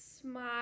Smile